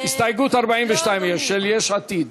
הסתייגות 42 של יש עתיד.